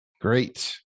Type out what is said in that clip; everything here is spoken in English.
Great